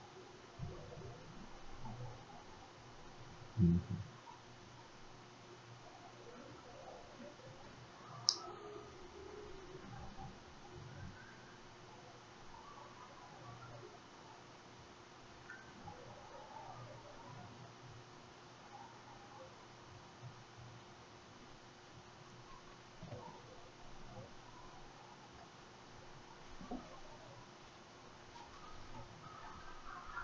mm